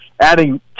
adding